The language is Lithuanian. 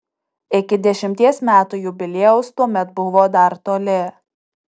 iki dešimties metų jubiliejaus tuomet buvo dar toli